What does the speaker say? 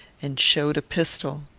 and showed a pistol.